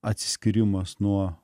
atsiskyrimas nuo